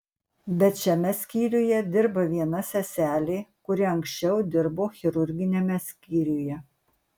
bet šiame skyriuje dirba viena seselė kuri anksčiau dirbo chirurginiame skyriuje